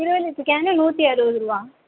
இருபது litre can நூற்றி அறுபது ரூபா